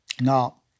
Now